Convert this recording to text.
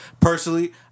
Personally